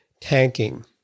Tanking